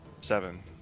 Seven